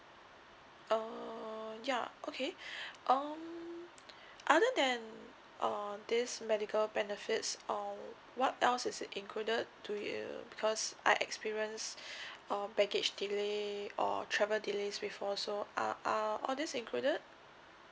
uh ya okay um other than uh this medical benefits or what else is it included to you because I experience um baggage delay or travel delays before so are are all these included